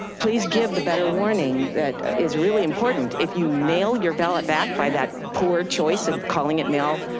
please give the better warning that is really important. if you mail your ballot back by that poor choice of calling it mail,